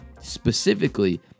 specifically